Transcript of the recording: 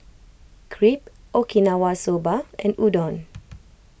Crepe Okinawa Soba and Udon